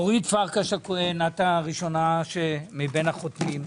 אורית פרקש הכהן, את הראשונה מבין החותמים.